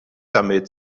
damit